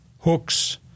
hooks